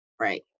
right